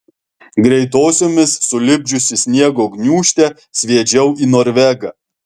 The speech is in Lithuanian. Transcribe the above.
greitosiomis sulipdžiusi sniego gniūžtę sviedžiau į norvegą